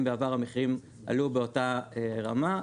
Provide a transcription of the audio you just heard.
אם בעבר המחירים עלו באותה רמה,